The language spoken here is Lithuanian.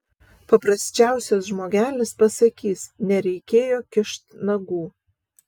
paprasčiausias žmogelis pasakys nereikėjo kišt nagų